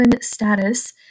status